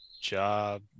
Job